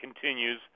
continues